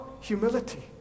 humility